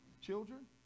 Children